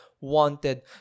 wanted